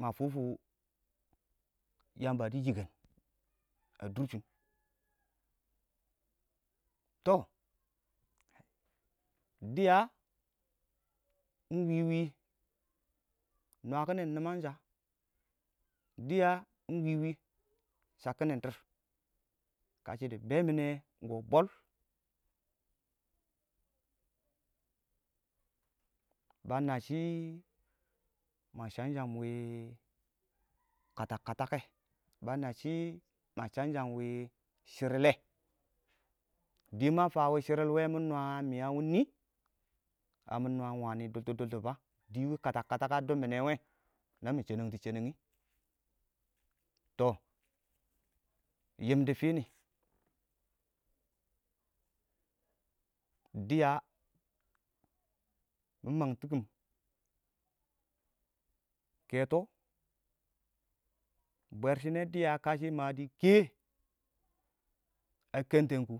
ma tʊfʊ yamba dɪ yik5n a durshɪn tɔ dɪya ingwiwi nwakin nimangsha dɪya ingwiwi shakkin dɪrr kashɪ dɪ bɛɛ minɛ kɔ? ba nabbʊ shɪ ma shamsham wɪɪn katakkatakke ba nabbʊ shɪ ma shamsham wɪɪn shirille dit ma fan wɪɪn shiril wɛ mɪ nwa miya wɔn ingni? mɪ nwa wani doltɔ dɔltɔ ba? dɪɪ wɪɪn katakkatak a dub minɛ wɛ nami shɛnangtʊ shɛmang to yimdi fini, dɪya mɪ mangti kɪm kɛtɔ bwɛrshinɛ dɪya kash dɪ kɛɛ a kəntəmkʊ?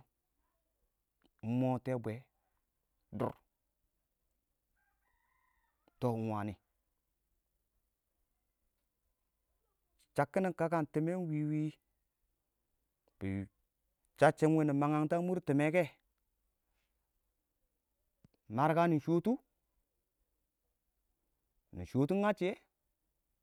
ingmo tebwe dʊrr tɔ ingwani shakkinin kakan timmɛ ingwiwi shasshim wini mangnangts a mʊr timmeke marka nɪ shɔɔtʊ nɪ shɔɔtʊ ngatsgiyɔ